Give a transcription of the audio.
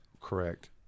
Correct